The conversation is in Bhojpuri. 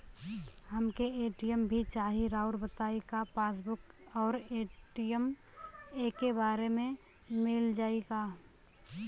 हमके ए.टी.एम भी चाही राउर बताई का पासबुक और ए.टी.एम एके बार में मील जाई का?